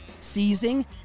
seizing